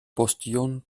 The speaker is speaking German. postillon